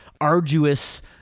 arduous